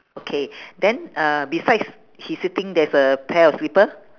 okay then uh besides he sitting there's a pair of slipper